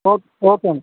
ఓక్ ఓకే అండి